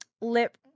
lip